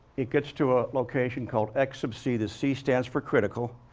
it gets to a location called x sub c. the c stands for critical.